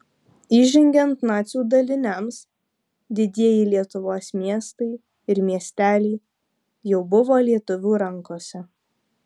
įžengiant nacių daliniams didieji lietuvos miestai ir miesteliai jau buvo lietuvių rankose